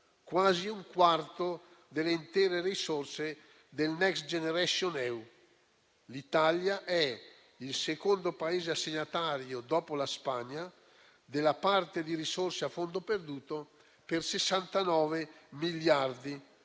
quasi un quarto delle intere risorse del Next generation EU. L'Italia è il secondo Paese assegnatario, dopo la Spagna, della parte di risorse a fondo perduto per 69 miliardi,